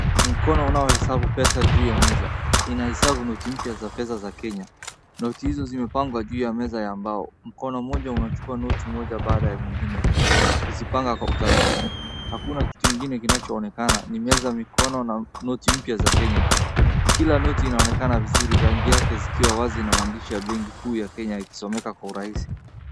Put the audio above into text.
Ni mkono unaohesabu pesa juu ya meza. Inahesabu noti mpya za pesa za Kenya. Noti hizo zimepangwa juu ya meza ya mbao. Mkono mmoja umechukua noti moja baada ya nyingine. Zilipangwa kwa utaratibu. Hakuna kitu kingine kinachoonekana ni meza, mikono na noti mpya za Kenya tu. Kila noti inaonekana vizuri, rangi yake zikiwa wazi na uandishi wa benki kuu ya Kenya yakisomeka kwa urahisi.